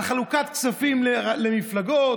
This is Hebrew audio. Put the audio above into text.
על חלוקת כספים למפלגות,